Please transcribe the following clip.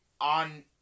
on